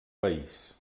país